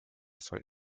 soll